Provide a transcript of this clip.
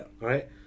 right